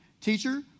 Teacher